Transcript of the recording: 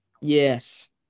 Yes